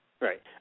right